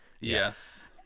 Yes